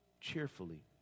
cheerfully